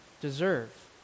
deserve